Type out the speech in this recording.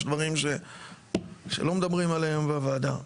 יש דברים שלא מדברים עליהם בוועדה.